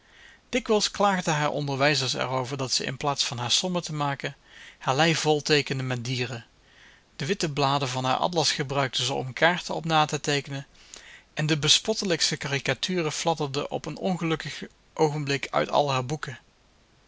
dikwijls klaagden haar onderwijzers er over dat ze in plaats van haar sommen te maken haar lei vol teekende met dieren de witte bladen van haar atlas gebruikte ze om kaarten op na te teekenen en de bespottelijkste caricaturen fladderden op een ongelukkig oogenblik uit al haar boeken